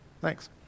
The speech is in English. thanks